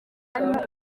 harimo